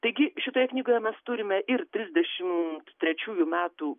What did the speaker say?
taigi šitoje knygoje mes turime ir trisdešimt trečiųjų metų